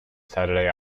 saturday